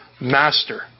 master